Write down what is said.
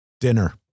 Dinner